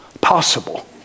possible